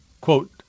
quote